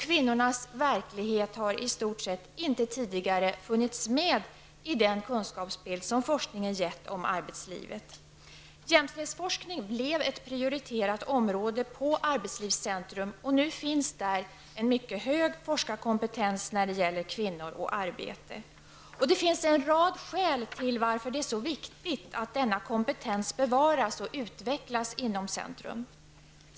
Kvinnornas verklighet har tidigare i stort sett inte funnits med i den kunskapsbild som forskningen har gett beträffande arbetslivet. Jämställdhetsforskning blev ett prioriterat område på arbetslivscentrum, och nu finns där en mycket hög forskarkompetens i fråga om kvinnor och arbete. Det finns en rad skäl till varför det är viktigt att denna kompetens bevaras och utvecklas inom arbetslivscentrum.